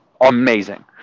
amazing